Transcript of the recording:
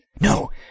No